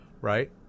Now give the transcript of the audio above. right